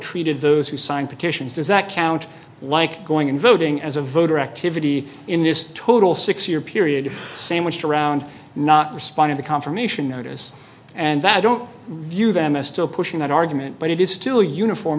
treated those who signed petitions does that count like going in voting as a voter activity in this total six year period sandwiched around not responding to confirmation notice and that don't review them is still pushing that argument but it is still uniform